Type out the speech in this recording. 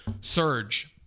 surge